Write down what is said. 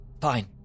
Fine